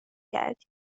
کردیم